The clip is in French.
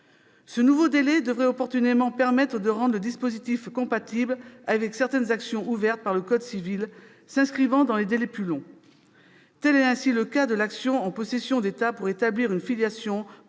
Ce nouveau délai devrait opportunément permettre de rendre le dispositif compatible avec certaines actions ouvertes par le code civil s'inscrivant dans des délais plus longs. Tel est ainsi le cas de l'action en possession d'état pour établir une filiation